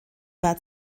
bad